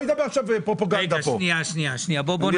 מה זה